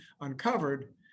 uncovered